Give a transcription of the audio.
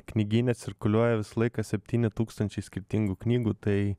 knygyne cirkuliuoja visą laiką septyni tūkstančiai skirtingų knygų tai